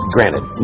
Granted